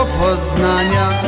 poznania